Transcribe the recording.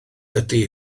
ydy